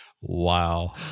Wow